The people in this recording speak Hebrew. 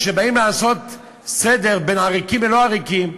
כאשר באים לעשות סדר בין עריקים ובין לא-עריקים,